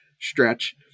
stretch